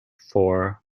for